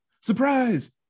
surprise